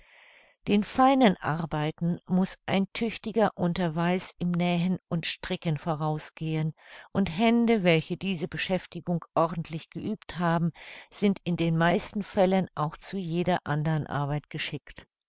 den feinen arbeiten muß ein tüchtiger unterweis im nähen und stricken vorausgehen und hände welche diese beschäftigung ordentlich geübt haben sind in den meisten fällen auch zu jeder andern arbeit geschickt